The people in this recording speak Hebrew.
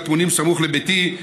הטמונים סמוך לביתי,